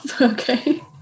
Okay